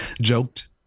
joked